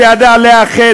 שידע לאחד,